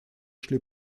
шли